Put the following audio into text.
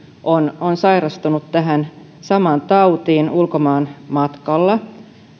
on on sairastunut tähän samaan tautiin ulkomaanmatkalla